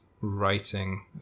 writing